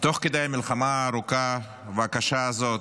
תוך כדי המלחמה הארוכה והקשה הזאת,